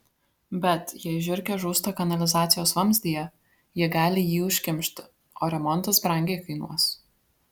bet jei žiurkė žūsta kanalizacijos vamzdyje ji gali jį užkimšti o remontas brangiai kainuos